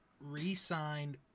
re-signed